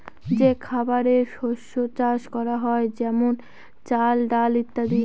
যে খাবারের শস্য চাষ করা হয় যেমন চাল, ডাল ইত্যাদি